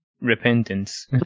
repentance